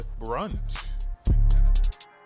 BRUNCH